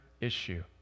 issue